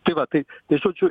tai va tai žodžiu